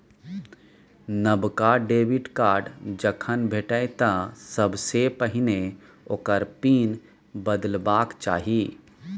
नबका debit card जखन भेटय तँ सबसे पहिने ओकर पिन बदलबाक चाही